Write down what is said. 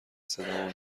صدامو